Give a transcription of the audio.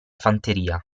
fanteria